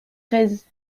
treize